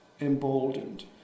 emboldened